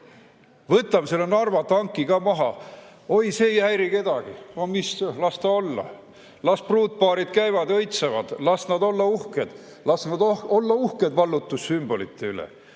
võtame Narva tanki maha – oi, see ei häiri kedagi, no mis, las ta olla. Las pruutpaarid käivad ja õitsevad, las nad olla uhked. Las nad olla uhked vallutussümbolite üle.